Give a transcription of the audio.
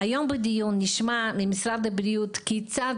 היום בדיון נשמע ממשרד הבריאות כיצד